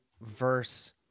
verse